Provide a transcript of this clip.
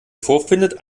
vorfindet